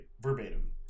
verbatim